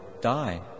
die